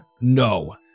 No